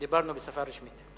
דיברנו בשפה רשמית.